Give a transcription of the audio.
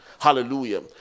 hallelujah